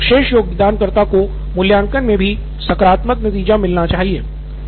इसलिए सर्वश्रेष्ठ योगदानकर्ता को मूल्यांकन मे भी सकारात्मक नतीजा मिलना चाहिए